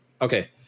okay